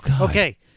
Okay